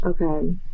Okay